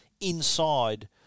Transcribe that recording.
inside